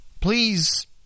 please